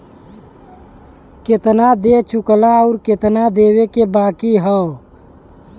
केतना दे चुकला आउर केतना देवे के बाकी हौ